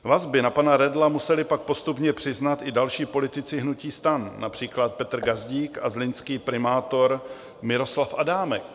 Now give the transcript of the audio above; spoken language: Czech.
Vazby na pana Redla museli pak postupně přiznat i další politici hnutí STAN, například Petr Gazdík a zlínský primátor Miroslav Adámek.